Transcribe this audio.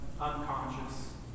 unconscious